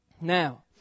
Now